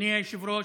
אדוני היושב-ראש,